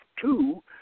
two